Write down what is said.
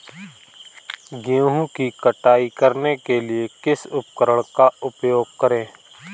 गेहूँ की कटाई करने के लिए किस उपकरण का उपयोग करें?